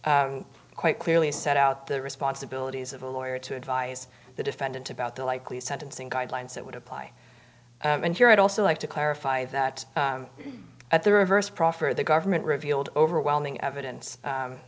quite clearly set out the responsibilities of a lawyer to advise the defendant about the likely sentencing guidelines that would apply and here i'd also like to clarify that at the reverse proffer the government revealed overwhelming evidence